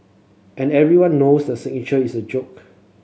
and everyone knows the signature is a joke